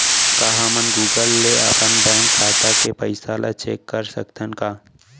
का हमन गूगल ले अपन बैंक खाता के पइसा ला चेक कर सकथन का?